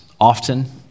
often